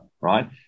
right